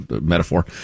metaphor